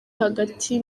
hagati